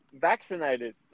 vaccinated